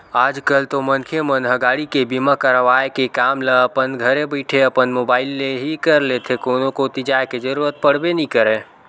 आज कल तो मनखे मन ह गाड़ी के बीमा करवाय के काम ल अपन घरे बइठे अपन मुबाइल ले ही कर लेथे कोनो कोती जाय के जरुरत पड़बे नइ करय